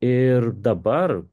ir dabar